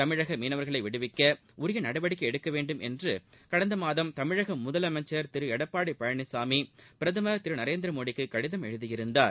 தமிழக மீனவர்களை விடுவிக்க உரிய நடவடிக்கை எடுக்க வேண்டும் என்று கடந்த மாதம் தமிழக முதலமைச்சர் திரு எடப்பாடி பழனிச்சாமி பிரதமர் திரு நரேந்திர மோடிக்கு கடிதம் எழுதியிருந்தார்